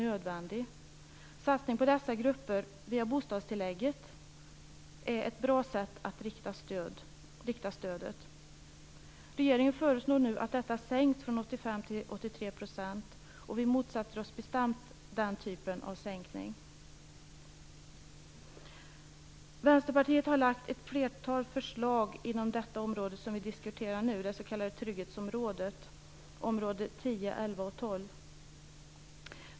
En satsning på dessa grupper via bostadstillägget är ett bra sätt att rikta stödet. Regeringen föreslår nu att bostadstillägget sänks från 85 till 83 %. Vänsterpartiet motsätter sig bestämt den typen av sänkning. Vänsterpartiet har lagt fram ett flertal förslag inom det område vi diskuterar nu, det s.k. trygghetsområdet, dvs. område 10, 11 och 12.